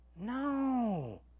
No